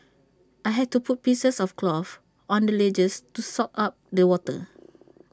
I had to put pieces of cloth on the ledges to soak up the water